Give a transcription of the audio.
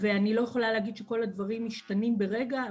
אני לא יכולה להגיד שכל הדברים משתנים ברגע,